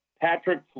Patrick